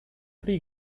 pre